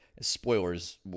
spoilers